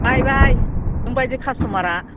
बाइ बाइ नों बायदि खास्थ'मारा